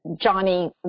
Johnny